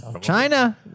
China